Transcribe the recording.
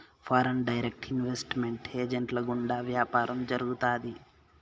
foreign direct investment ఏజెంట్ల గుండా వ్యాపారం జరుగుతాది